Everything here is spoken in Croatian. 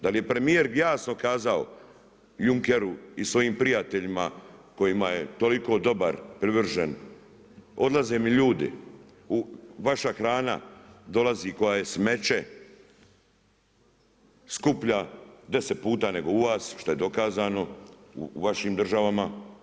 Da li je premjer … pokazao Junkeru i svojim prijateljima kojima je toliko dobar i privržen, odlaze mi ljudi, vaša hrana dolazi koja je smeće, skuplja 10 puta nego u vas, što je dokazano u vašim državama.